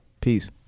Peace